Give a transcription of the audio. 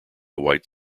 white